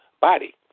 Body